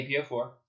APO4